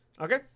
Okay